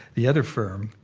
the other firm,